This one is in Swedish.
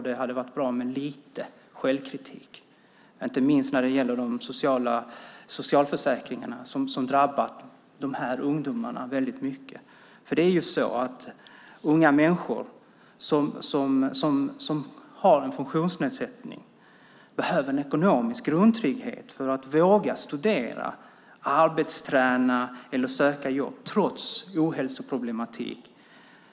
Det hade varit bra med lite självkritik, inte minst när det gäller förändringarna i socialförsäkringarna som har drabbat de här ungdomarna väldigt hårt. Unga människor som har en funktionsnedsättning behöver en ekonomisk grundtrygghet för att våga studera, arbetsträna eller söka jobb trots en ohälsoproblematik.